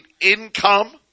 income